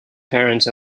parents